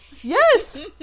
Yes